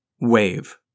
Wave